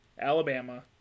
Alabama